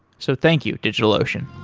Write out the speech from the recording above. so thank you, digitalocean